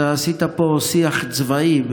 אתה עשית פה שיח צבאי.